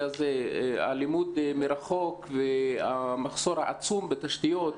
של הלימוד מרחוק והמחסור העצום בתשתיות,